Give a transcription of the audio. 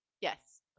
Yes